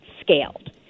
scaled